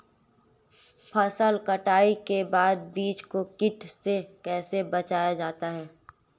फसल कटाई के बाद बीज को कीट से कैसे बचाया जाता है?